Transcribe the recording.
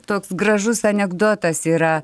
toks gražus anekdotas yra